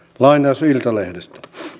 lainaus iltalehdestä